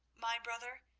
my brother,